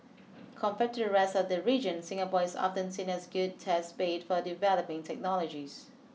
compared to the rest of the region Singapore is often seen as good test bede for developing technologies